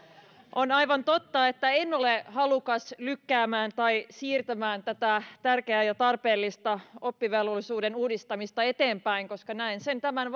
on aivan totta että en ole halukas lykkäämään tai siirtämään tätä tärkeää ja tarpeellista oppivelvollisuuden uudistamista eteenpäin koska näen sen tämän